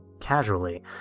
casually